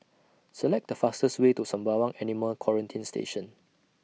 Select The fastest Way to Sembawang Animal Quarantine Station